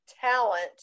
talent